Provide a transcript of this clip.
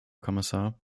kommissar